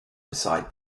beside